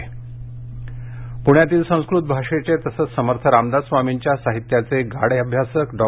वेळापरे निधन पुण्यातील संस्कृत भाषेचे तसंच समर्थ रामदास स्वामींच्या साहित्याचे गाढे अभ्यासक डॉ